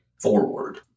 forward